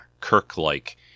Kirk-like